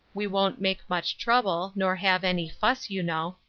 we won't make much trouble, nor have any fuss, you know.